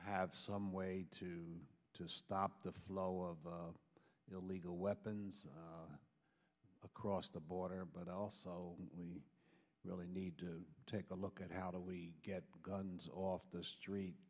have some way to stop the flow of illegal weapons across the border but also we really need to take a look at how to get guns off the street